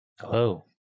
Hello